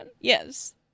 Yes